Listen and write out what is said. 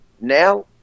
now